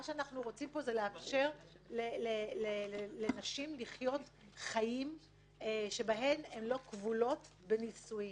אנחנו רוצים פה לאפשר לנשים לחיות חיים שבהם הן לא כבולות בנישואין.